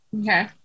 Okay